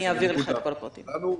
זה בניגוד להנחיות שלנו.